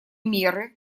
меры